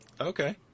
Okay